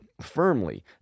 Firmly